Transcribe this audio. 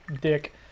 dick